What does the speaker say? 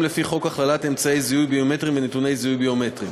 לחוק הכללת אמצעי זיהוי ביומטריים ונתוני זיהוי ביומטריים